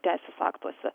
teisės aktuose